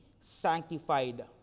sanctified